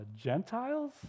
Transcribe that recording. Gentiles